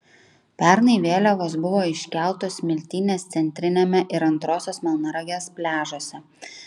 pernai vėliavos buvo iškeltos smiltynės centriniame ir antrosios melnragės pliažuose